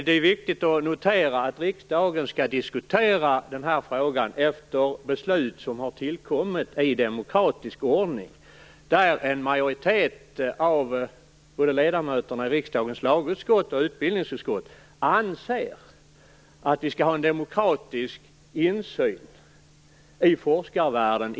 Det är viktigt att notera att riksdagen skall diskutera den här frågan efter ett beslut som har tillkommit i demokratisk ordning, där en majoritet av ledamöterna i riksdagens lagutskott och utbildningsutskott anser att vi skall ha en demokratisk insyn i forskarvärlden.